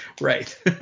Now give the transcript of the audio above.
Right